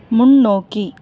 முன்னோக்கி